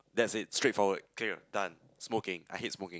that's it straightforward clear done smoking I hate smoking